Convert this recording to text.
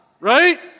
right